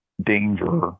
danger